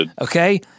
Okay